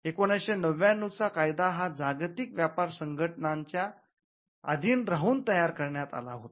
१९९९ चा कायदा हा जागतिक व्यापार संघटनेच्या आधींन राहून तयार करण्यात आला होता